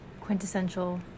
quintessential